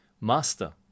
Master